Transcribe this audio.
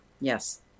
yes